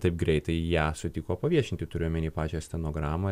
taip greitai ją sutiko paviešinti turiu omeny pačią stenogramą